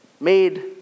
made